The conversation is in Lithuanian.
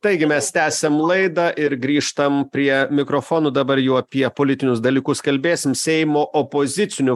taigi mes tęsiam laidą ir grįžtam prie mikrofonų dabar jau apie politinius dalykus kalbėsim seimo opozicinių